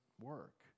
work